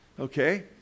Okay